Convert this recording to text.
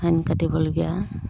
fine কাটিবলগীয়া হয়